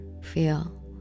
feel